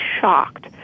shocked